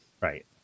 Right